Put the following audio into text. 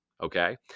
Okay